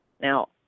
Now